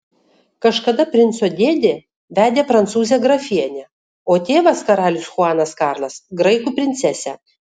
kažkada princo dėdė vedė prancūzę grafienę o tėvas karalius chuanas karlas graikų princesę